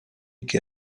che